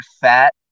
fat